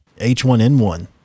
H1N1